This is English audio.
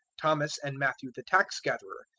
thomas and matthew the tax-gatherer,